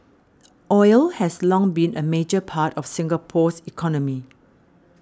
oil has long been a major part of Singapore's economy